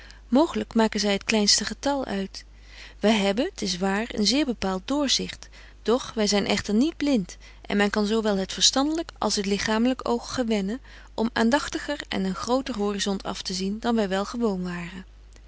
mooglyk maken zy het kleinste getal uit wy hebben t is waar een zeer bepaalt doorzicht doch wy zyn echter niet blint en men kan zo wel het verstandelyk als het lichaamlyk oog gewennen om aandagtiger en een groter horisont af te zien dan wy wel gewoon waren